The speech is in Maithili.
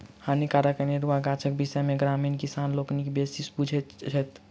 हानिकारक अनेरुआ गाछक विषय मे ग्रामीण किसान लोकनि बेसी बुझैत छथि